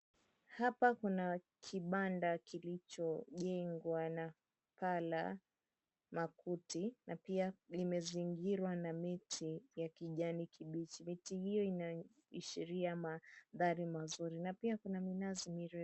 Hapa kuna kibanda kilichojengwa na paa la makuti, na pia limezingirwa na miti ya kijani kibichi. Miti hiyo inaashiria manthari mazuri, na pia kuna minazi mirefu.